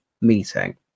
meeting